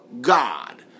God